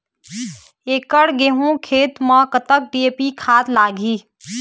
एकड़ गेहूं खेत म कतक डी.ए.पी खाद लाग ही?